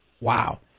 Wow